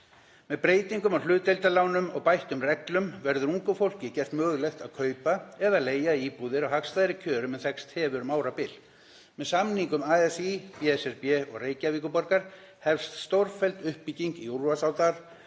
Með breytingum á hlutdeildarlánum og bættum reglum verður ungu fólki gert mögulegt að kaupa eða leigja íbúðir á hagstæðari kjörum en þekkst hefur um árabil. Með samningum ASÍ, BSRB og Reykjavíkurborgar hefst stórfelld uppbygging í Úlfarsárdal